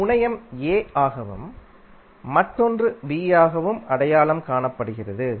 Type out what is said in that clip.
ஒரு முனையம் a ஆகவும் மற்றொன்று b ஆகவும் அடையாளம் காணப்படுகிறது